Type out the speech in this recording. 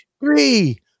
three